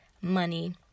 money